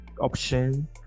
option